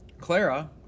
Clara